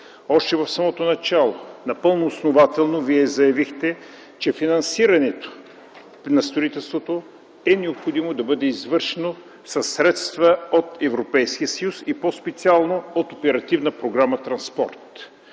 Още в самото начало напълно основателно Вие заявихте, че е необходимо финансирането на строителството да бъде извършено със средства от Европейския съюз, и по-специално от Оперативна програма „Транспорт”.